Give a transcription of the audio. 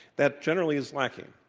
that generally is lacking.